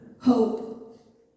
Hope